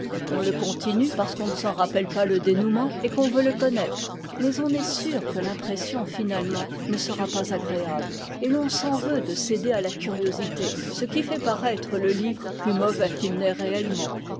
on le continue parce qu'on ne s'en rappelle pas le dénouement et qu'on veut le connaître mais on est sûr que l'impression finalement ne sera pas agréable et l'on s'en veut de céder à la curiosité ce qui fait paraître le livre plus mauvais qu'il n'est réellement